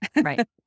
right